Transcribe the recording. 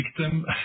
victim